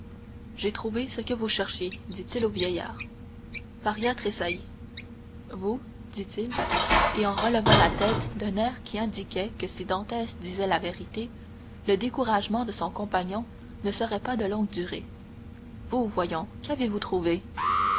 j'ai trouvé ce que vous cherchiez dit-il au vieillard faria tressaillit vous dit-il et en relevant la tête d'un air qui indiquait que si dantès disait la vérité le découragement de son compagnon ne serait pas de longue durée vous voyons qu'avez-vous trouvé